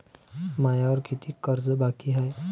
मायावर कितीक कर्ज बाकी हाय?